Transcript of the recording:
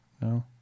no